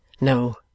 No